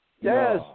Yes